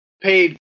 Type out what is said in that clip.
paid